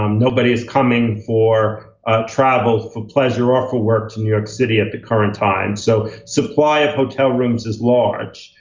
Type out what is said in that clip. um nobody is coming for travel for pleasure or for works to new york city at the current time. so supply of hotel rooms is large.